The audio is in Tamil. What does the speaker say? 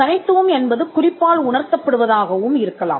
தனித்துவம் என்பது குறிப்பால் உணர்த்தப் படுவதாகவும் இருக்கலாம்